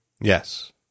Yes